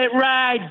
ride